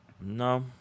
No